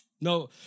no